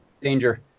Danger